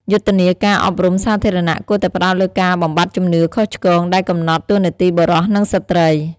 យុទ្ធនាការអប់រំសាធារណៈគួរតែផ្តោតលើការបំបាត់ជំនឿខុសឆ្គងដែលកំណត់តួនាទីបុរស និងស្ត្រី។